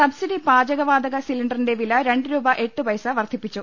subsidy പാചകവാതക സിലിണ്ടറിന്റെ വില രണ്ട് രൂപ എട്ട് പൈസ വർദ്ധിപ്പിച്ചു